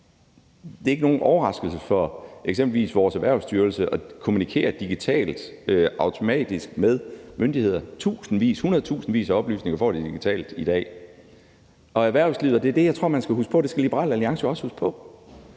Det er ikke nogen overraskelse for eksempelvis vores Erhvervsstyrelse, at man kommunikerer digitalt, automatisk med myndigheder. De får hundredtusindvis af oplysninger digitalt i dag. Erhvervslivet – og det er det, jeg tror man skal huske på, og det skal Liberal Alliance også huske på